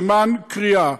סימן קריאה.